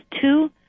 two